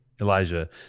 Elijah